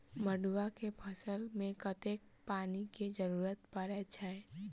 मड़ुआ केँ फसल मे कतेक पानि केँ जरूरत परै छैय?